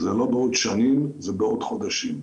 זה לא בעוד שנים, זה בעוד חודשים.